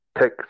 take